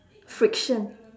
friction